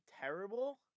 terrible